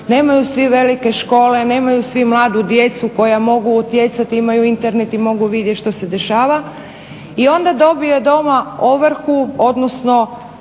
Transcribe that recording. Nemaju svi velike škole, nemaju svi mladu djecu koja mogu utjecati, imaju Internet i mogu vidjeti što se dešava i onda dobije doma ovrhu odnosno